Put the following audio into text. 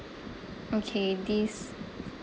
okay this